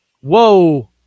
Whoa